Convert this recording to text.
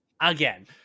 again